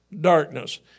darkness